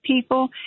people